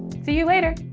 see you later!